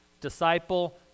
disciple